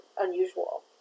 unusual